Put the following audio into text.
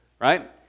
right